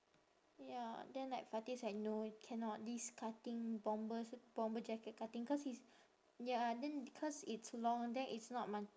ya then like fati's like no cannot this cutting bombers bomber jacket cutting cause he's ya then cause it's long then it's not my